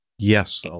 Yes